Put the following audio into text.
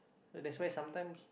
that's why sometimes